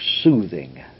soothing